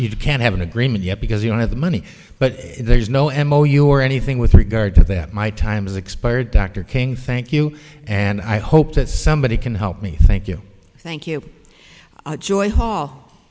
you can't have an agreement yet because you don't have the money but there's no m o your anything with regard to that my time is expired dr king thank you and i hope that somebody can help me thank you thank you joy hall